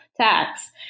tax